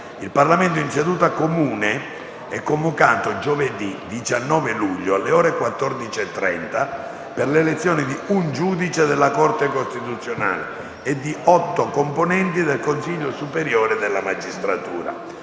Il Parlamento in seduta comune è convocato giovedì 19 luglio, alle ore 14,30, per l'elezione di un giudice della Corte costituzionale e di otto componenti del Consiglio superiore della magistratura.